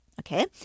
okay